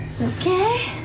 Okay